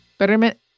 Betterment